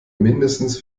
mindestens